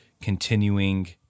continuing